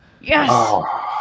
yes